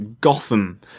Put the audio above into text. Gotham